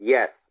Yes